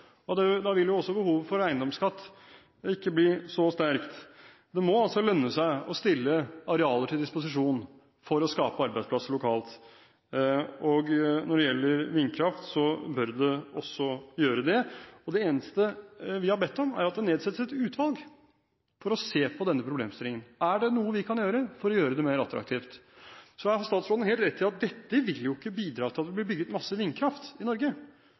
gjorde før. Da vil også behovet for eiendomsskatt ikke bli så sterkt. Det må lønne seg å stille arealer til disposisjon for å skape arbeidsplasser lokalt. Når det gjelder vindkraft bør det også gjøre det. Det eneste vi har bedt om, er at det nedsettes et utvalg for å se på denne problemstillingen. Er det noe vi kan gjøre for å gjøre det mer attraktivt? Så har statsråden helt rett i at dette vil jo ikke bidra til at det blir bygget masse vindkraft i